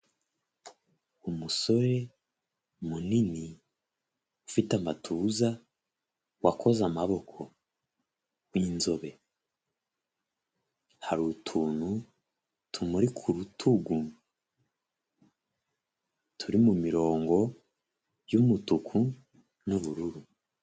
Umusore munini ufite amatuza, wakoze amaboko w'inzobe, hari utuntu tumuri ku rutugu turi mu mirongo y'umutuku n'ubururu.